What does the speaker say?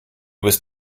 was